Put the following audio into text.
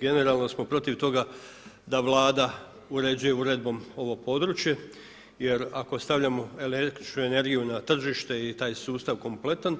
Generalno smo protiv toga da Vlada uređuje uredbom ovo područje jer ako stavljamo električnu energiju na tržište i taj sustav kompletan